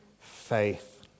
faith